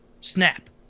snap